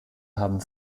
haben